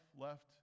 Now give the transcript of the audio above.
left